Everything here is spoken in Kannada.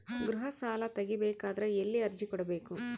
ಗೃಹ ಸಾಲಾ ತಗಿ ಬೇಕಾದರ ಎಲ್ಲಿ ಅರ್ಜಿ ಕೊಡಬೇಕು?